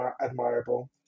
admirable